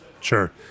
Sure